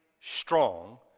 strong